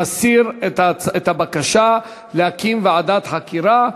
מציע להסיר את הבקשה להקים ועדת חקירה.